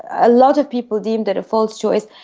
a lot of people deemed it a false choice,